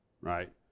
right